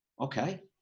okay